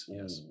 yes